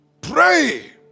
Pray